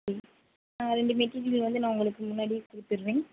சரி நான் ரெண்டு மெட்டீரியல் வந்து நான் உங்களுக்கு முன்னாடியே கொடுத்துறேன்